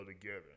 together